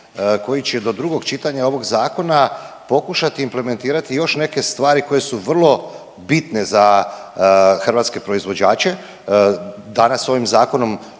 koji će do drugog čitanja ovog zakona pokušati implementirati još neke stvari koje su vrlo bitne za hrvatske proizvođače, danas ovim zakonom